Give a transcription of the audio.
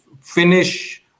finish